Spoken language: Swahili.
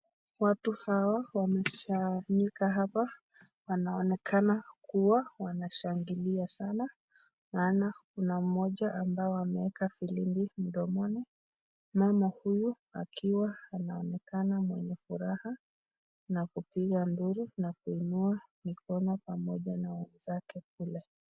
Watu hawa wamekusanyika hapa wanaonekana kuwa wanashangilia sana maana kuna mmoja ambaye ameweka firimbi mdomoni, mama huyu akiwa anaonekana mwenye furaha na kupiga nduru na kuinua mikono pamoja na wenzake kule.